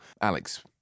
Alex